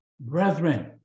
brethren